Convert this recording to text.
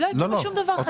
היא לא הקימה שום דבר חדש.